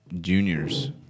Juniors